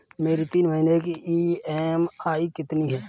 मेरी तीन महीने की ईएमआई कितनी है?